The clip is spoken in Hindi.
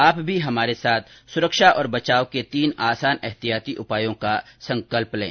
आप भी हमारे साथ सुरक्षा और बचाव के तीन आसान एहतियाती उपायों का संकल्प लें